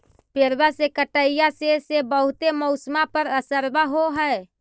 पेड़बा के कटईया से से बहुते मौसमा पर असरबा हो है?